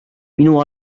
minu